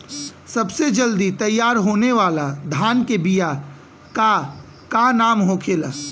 सबसे जल्दी तैयार होने वाला धान के बिया का का नाम होखेला?